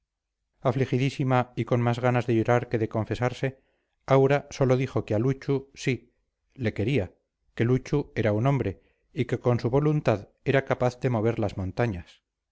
afligidísima y con más ganas de llorar que de confesarse aura sólo dijo que a luchu sí le quería que luchu era un hombre y que con su voluntad era capaz de mover las montañas